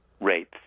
rates